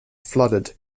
flooded